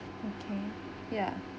okay ya